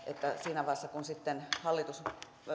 siinä vaiheessa kun hallitus sitten